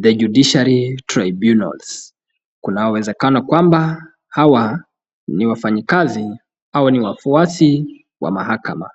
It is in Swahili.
the Judiciary Tribunals .Kuna uwezekano kwamba hawa ni wafanyikazi au ni wafuasi wa mahakama.